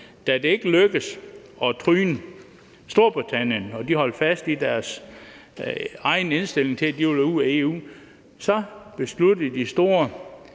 da det ikke lykkedes at tryne Storbritannien og de holdt fast i deres egen indstilling til, at de ville ud af EU, besluttede de store